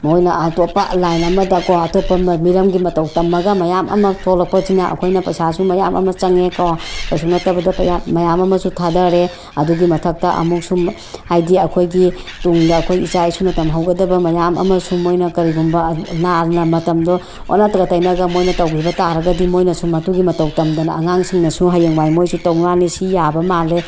ꯃꯣꯏꯅ ꯑꯇꯣꯞꯄ ꯂꯥꯏꯟ ꯑꯃꯗꯀꯣ ꯑꯇꯣꯞꯄ ꯃꯤꯔꯝꯒꯤ ꯃꯇꯧ ꯇꯝꯃꯒ ꯃꯌꯥꯝ ꯑꯃ ꯊꯣꯛꯂꯛꯄꯁꯤꯅ ꯑꯩꯈꯣꯏꯅ ꯄꯩꯁꯥꯁꯨ ꯃꯌꯥꯝ ꯑꯃ ꯆꯪꯉꯦꯀꯣ ꯀꯩꯁꯨ ꯅꯠꯇꯕꯗ ꯄꯩꯁꯥ ꯃꯌꯥꯝ ꯑꯃꯁꯨ ꯊꯥꯗꯔꯦ ꯑꯗꯨꯒꯤ ꯃꯊꯛꯇ ꯑꯃꯨꯛꯁꯨꯝ ꯍꯥꯏꯗꯤ ꯑꯩꯈꯣꯏꯒꯤ ꯇꯨꯡꯗ ꯑꯩꯈꯣꯏ ꯏꯆꯥ ꯏꯁꯨꯅ ꯇꯝꯍꯧꯒꯗꯕ ꯃꯌꯥꯝ ꯑꯃꯁꯨ ꯃꯣꯏꯅ ꯀꯔꯤꯒꯨꯝꯕ ꯂꯥꯟꯅ ꯃꯇꯝꯗꯣ ꯑꯣꯟꯅ ꯇꯩꯅꯅ ꯃꯣꯏꯅ ꯇꯧꯈꯤꯕ ꯇꯥꯔꯒꯗꯤ ꯃꯣꯏꯅꯁꯨ ꯃꯗꯨꯒꯤ ꯃꯇꯧ ꯇꯝꯗꯅ ꯑꯉꯥꯡꯁꯤꯡꯅꯁꯨ ꯍꯌꯦꯡꯋꯥꯏ ꯃꯣꯏꯁꯨ ꯇꯧꯃꯥꯜꯂꯦ ꯁꯤ ꯌꯥꯕ ꯃꯥꯜꯂꯦ